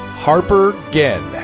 harper ginn.